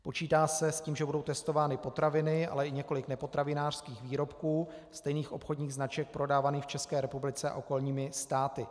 Počítá se s tím, že budou testovány potraviny, ale i několik nepotravinářských výrobků stejných obchodních značek prodávaných v České republice a okolních státech.